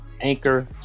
anchor